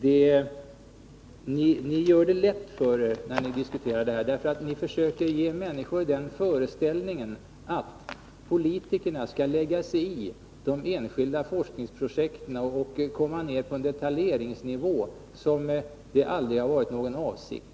Ni gör det lätt för er när ni diskuterar detta, därför att ni försöker ge människor föreställningen att politikerna skall lägga sig i de enskilda forskningsprojekten och komma ner på en detaljeringsnivå, vilket aldrig har varit avsikten.